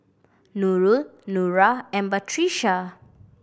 Nurul Nura and Batrisya